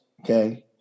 okay